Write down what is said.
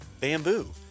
bamboo